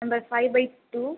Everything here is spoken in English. number five by two